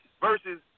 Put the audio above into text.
versus